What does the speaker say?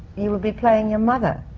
you will be playing your mother.